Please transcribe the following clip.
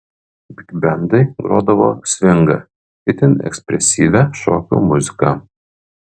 bigbendai grodavo svingą itin ekspresyvią šokių muziką